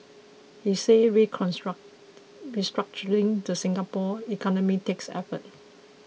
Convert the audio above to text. he said reconstruct restructuring the Singapore economy takes effort